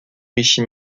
richie